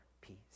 peace